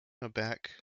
aback